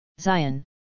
Zion